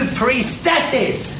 priestesses